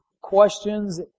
questions